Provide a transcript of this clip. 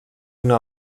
una